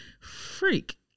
Freak